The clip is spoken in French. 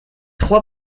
trois